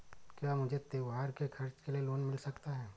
क्या मुझे त्योहार के खर्च के लिए लोन मिल सकता है?